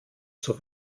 zur